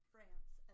France